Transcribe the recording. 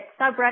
subreddit